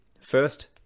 First